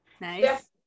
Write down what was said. Nice